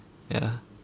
ya